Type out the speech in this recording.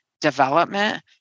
development